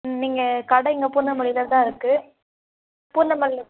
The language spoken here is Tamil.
நீங்கள் கடை இங்கே பூந்தமல்லியில் தான் இருக்குது பூந்தமல்லியில்